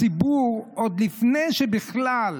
הציבור, עוד לפני שבכלל